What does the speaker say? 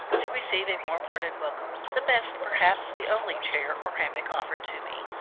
to receive a warm-hearted welcome, the best, perhaps the only chair or hammock offered to me,